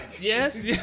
Yes